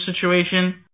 situation